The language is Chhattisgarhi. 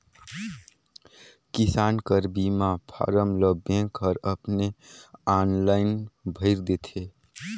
किसान कर बीमा फारम ल बेंक हर अपने आनलाईन भइर देथे